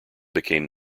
became